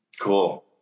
Cool